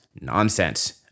nonsense